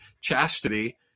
chastity